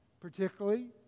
particularly